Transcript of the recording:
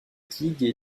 digues